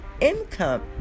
Income